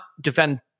defend